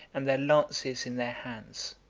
and their lances in their hands.